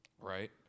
Right